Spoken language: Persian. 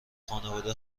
خانوادم